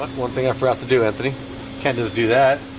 one thing i forgot to do anthony can't just do that